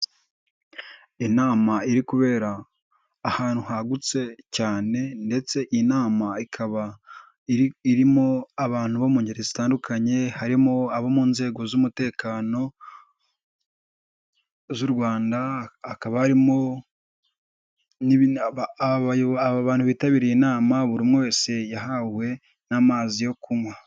Inama iri kubera ahantu hagutse cyane, ndetse iyi nama ikaba irimo abantu bo mu ngeri zitandukanye, harimo abo mu nzego z'umutekano z'u rwanda, hakaba harimo abantu bitabiriye inama, buri wese yahawe n'amazi yo kunywa.